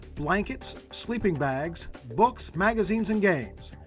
blankets, sleeping bags, books, magazines, and games.